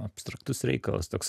abstraktus reikalas toks